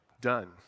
done